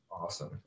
awesome